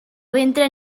ventre